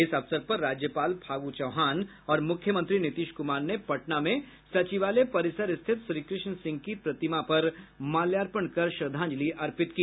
इस अवसर पर राज्यपाल फागू चौहान और मुख्यमंत्री नीतीश कुमार ने पटना में सचिवालय परिसर स्थित श्रीकृष्ण सिंह की प्रतिमा पर माल्यार्पण कर श्रद्धांजलि अर्पित की